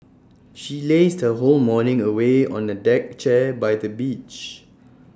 she lazed her whole morning away on A deck chair by the beach